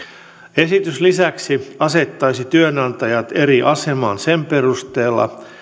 esitys lisäksi asettaisi työnantajat eri asemaan sen perusteella